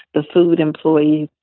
the food employees.